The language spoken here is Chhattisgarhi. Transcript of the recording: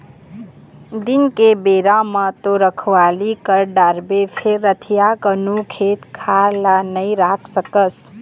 दिन के बेरा म तो रखवाली कर डारबे फेर रतिहा कुन खेत खार ल नइ राख सकस